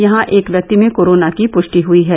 यहां एक व्यक्ति में कोरोना की पुष्टि हुई है